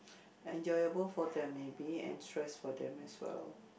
like enjoyable for them maybe and stress for them as well